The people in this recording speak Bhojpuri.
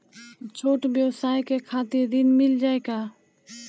छोट ब्योसाय के खातिर ऋण मिल जाए का?